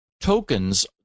tokens